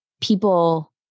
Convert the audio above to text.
people